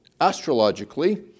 Astrologically